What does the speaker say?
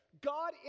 God